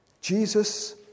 Jesus